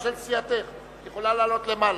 בריאות ממלכתי (תיקון, איסור פיצול מרשמים),